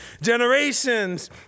generations